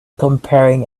comparing